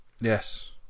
Yes